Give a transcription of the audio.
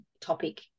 topic